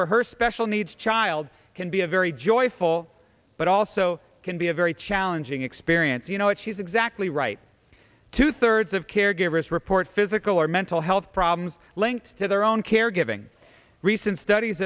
for her special needs child can be a very joyful but also can be a very challenging experience you know if she's exactly right two thirds of caregivers report physical or mental health problems linked to their own caregiving recent studies